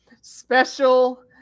special